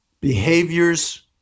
behaviors